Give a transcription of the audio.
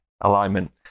alignment